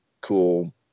cool